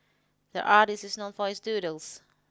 the artist is known for his doodles